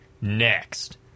Next